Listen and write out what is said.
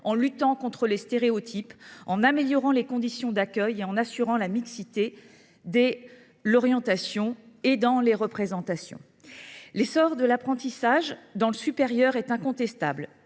en luttant contre les stéréotypes, en améliorant les conditions d’accueil, en assurant la mixité dès l’orientation et en modifiant les représentations. L’essor de l’apprentissage dans le supérieur est incontestable